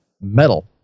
Metal